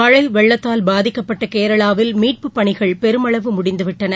மழை வெள்ளத்தால் பாதிக்கப்பட்ட கேரளாவில் மீட்புப் பணிகள் பெருமளவு முடிந்துவிட்டன